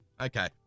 Okay